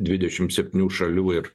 dvidešim septynių šalių ir